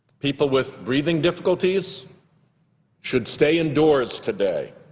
people with breathing difficulties should stay indoors today.